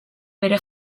bere